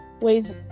ways